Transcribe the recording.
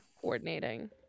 Coordinating